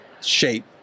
shape